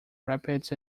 rapids